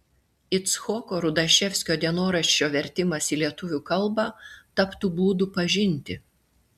icchoko rudaševskio dienoraščio vertimas į lietuvių kalbą taptų būdu pažinti